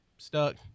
Stuck